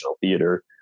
theater